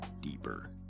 deeper